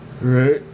Right